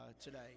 today